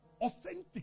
authentic